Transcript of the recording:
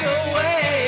away